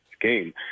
game